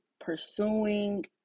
pursuing